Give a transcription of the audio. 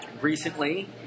Recently